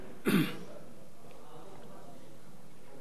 4 נתקבלו.